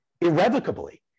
irrevocably